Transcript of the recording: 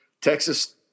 Texas